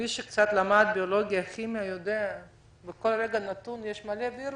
מי שקצת למד ביולוגיה או כימיה יודע שבכל רגע נתון יש מלא וירוסים,